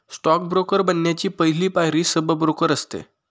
stock broker बनण्याची पहली पायरी सब ब्रोकर असते